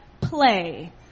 play